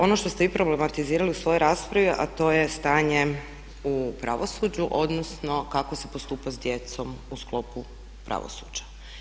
Ono što ste vi problematizirali u svojoj raspravi, a to je stanje u pravosuđu, odnosno kako se postupa s djecom u sklopu pravosuđa.